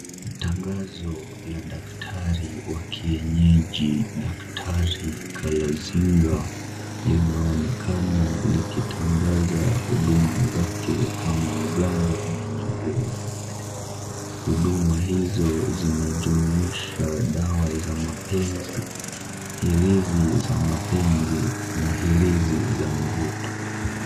Tangazo la Daktari wa kienyeji, Daktari Kalanzinga linaonekana likitangaza huduma zake kama mganga mwenye nguvu, huduma hio zinajumuisha dawa za mapenzi, ilizi za mapenzi na ilizi za mvuto.